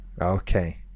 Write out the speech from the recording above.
Okay